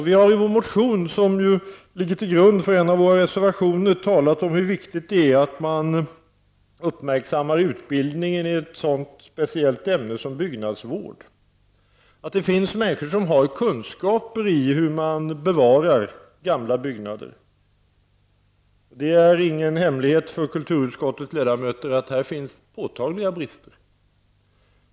Vi har i vår motion, som ligger till grund för en av våra reservationer, talat om hur viktigt det är att man uppmärksammar utbildningen i ett sådant speciellt ämne som byggnadsvård. Det är viktigt att det finns människor som har kunskaper i hur man bevarar gamla byggnader. Det är ingen hemlighet för kulturutskottets ledamöter att det här finns påtagliga brister.